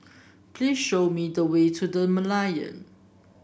please show me the way to The Merlion